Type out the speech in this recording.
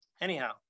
anyhow